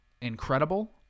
incredible